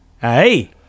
Hey